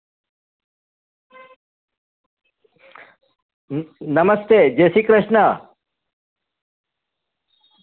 હં નમસ્તે જયશ્રી કૃષ્ણ